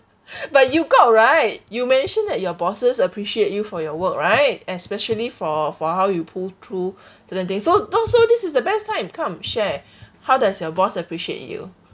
but you got right you mentioned that your bosses appreciate you for your work right especially for for how you pull through certain things so so so this is the best time come share how does your boss appreciate you